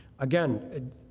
Again